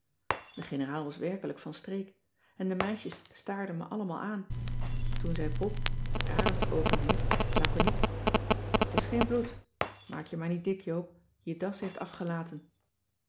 de generaal was werkelijk van streek en de meisjes staarden me allemaal aan toen zei pop die arendsoogen heeft laconiek t is geen bloed maak je maar niet dik joop je das heeft afgelaten